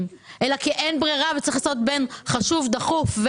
אלא כי אין ברירה וצריך לבחור בין חשוב ודחוף.